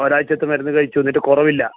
ഒരാഴ്ച്ചത്തെ മരുന്ന് കഴിച്ചു എന്നിട്ട് കുറവില്ല